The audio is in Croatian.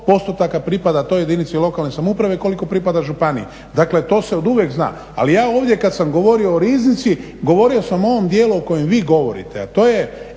postotaka pripada toj jedinici lokalne samouprave i koliko pripada županiji. Dakle, to se oduvijek zna. Ali ja ovdje kad sam govorio o riznici govorio sam o ovom djelu o kojem vi govorite